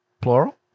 Plural